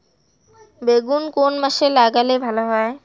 বেগুন কোন মাসে লাগালে ভালো হয়?